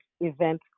event